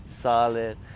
Solid